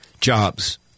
jobs